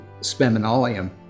Speminalium